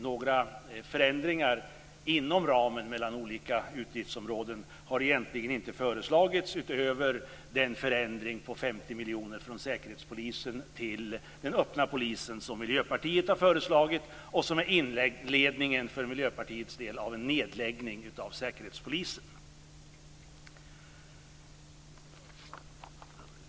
Några förändringar mellan olika utgiftsområden inom ramen har egentligen inte föreslagits utöver den förändring på 50 miljoner från Säkerhetspolisen till den öppna polisen som Miljöpartiet har föreslagit och som för Miljöpartiets del är inledningen till en nedläggning av Säkerhetspolisen.